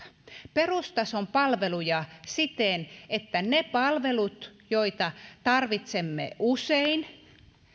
perustason palveluja siten että ne palvelut joita tarvitsemme usein